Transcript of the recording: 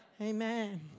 Amen